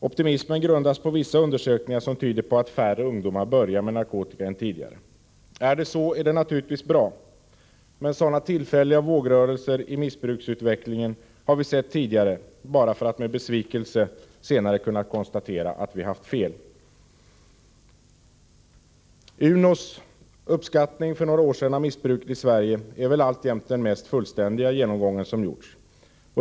Optimismen grundas på vissa undersökningar som tyder på att färre ungdomar än tidigare börjar med narkotika. Om det förhåller sig på detta sätt är det naturligtvis bra. Men sådana tillfälliga vågrörelser när det gäller missbruksutvecklingen har vi sett tidigare bara för att med besvikelse senare kunna konstatera att vi har haft fel. UNO:s uppskattning för några år sedan av missbruket i Sverige är väl alltjämt den mest fullständiga genomgången som gjorts.